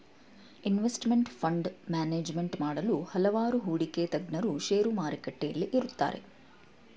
investment fund management ಮಾಡಲು ಹಲವಾರು ಹೂಡಿಕೆ ತಜ್ಞರು ಶೇರು ಮಾರುಕಟ್ಟೆಯಲ್ಲಿ ಇರುತ್ತಾರೆ